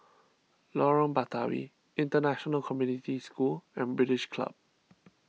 Lorong Batawi International Community School and British Club